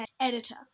editor